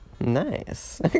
nice